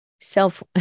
Self